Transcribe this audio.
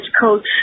coach